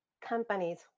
companies